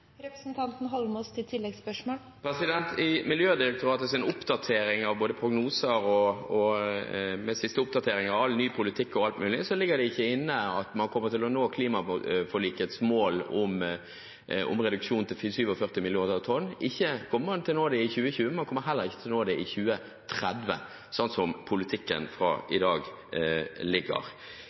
I Miljødirektoratets oppdatering av prognoser og de siste oppdateringer av all ny politikk ligger det ikke inne at man kommer til å nå klimaforlikets mål om reduksjon til 47 millioner tonn. Ikke kommer man til å nå det i 2020, og man kommer heller ikke til å nå det i 2030, slik som politikken